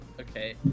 Okay